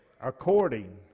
according